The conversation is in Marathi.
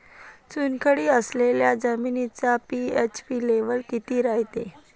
चुनखडी असलेल्या जमिनीचा पी.एच लेव्हल किती रायते?